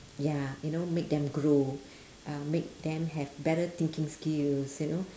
ya you know make them grow uh make them have better thinking skills you know